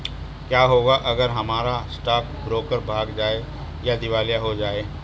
क्या होगा अगर हमारा स्टॉक ब्रोकर भाग जाए या दिवालिया हो जाये?